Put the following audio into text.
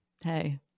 Hey